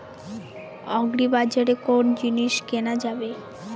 আগ্রিবাজারে কোন জিনিস কেনা যাবে?